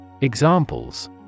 Examples